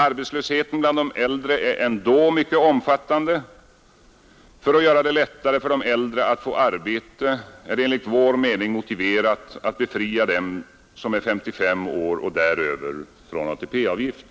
Arbetslösheten bland de äldre är ändå mycket omfattande. För att göra det lättare för de äldre att få arbete är det enligt vår mening motiverat att befria dem som är 55 år och däröver från ATP-avgift.